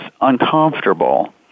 uncomfortable